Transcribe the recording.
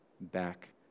back